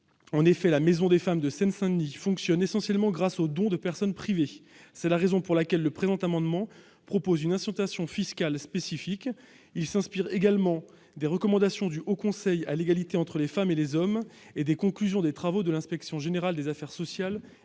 adulte. La Maison des femmes de Seine-Saint-Denis fonctionne essentiellement grâce aux dons des personnes privées. C'est la raison pour laquelle le présent amendement propose une incitation fiscale spécifique. Il s'inspire également des recommandations du Haut Conseil à l'égalité entre les femmes et les hommes et des conclusions de l'Inspection générale des affaires sociales